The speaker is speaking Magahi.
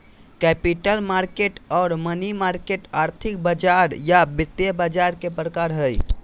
कैपिटल मार्केट आर मनी मार्केट आर्थिक बाजार या वित्त बाजार के प्रकार हय